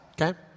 okay